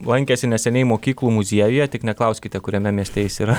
lankėsi neseniai mokyklų muziejuje tik neklauskite kuriame mieste jis yra